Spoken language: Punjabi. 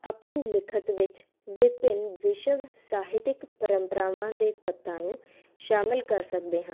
ਆਪਣੀ ਲਿਖਿਤ ਵਿੱਚ ਵਿਭਿੰਨ ਵਿਸ਼ਵ ਵਿੱਚ ਸਾਹਿਤਿਕ ਪਰੰਪਰਾਵਾਂ ਦੇ ਤੱਤਾਂ ਨੂੰ ਸ਼ਾਮਿਲ ਕਰ ਸਕਦੇ ਹਾਂ